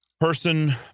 Person